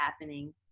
happening